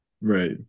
right